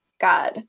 God